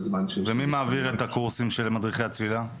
בזמן ש -- ומי מעביר את הקורסים של מדריכי הצלילה?